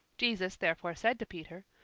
jesus therefore said to peter,